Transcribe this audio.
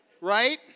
Right